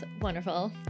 wonderful